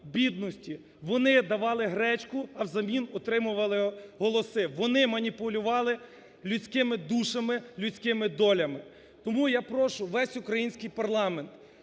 бідності, вони давали гречку, а взамін отримували голоси, вони маніпулювали людськими душами, людськими долями. Тому я прошу весь український парламент